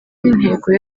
n’intego